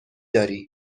داری